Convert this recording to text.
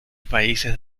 países